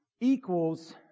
equals